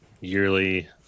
yearly